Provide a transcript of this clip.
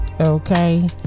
Okay